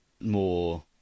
more